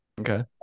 Okay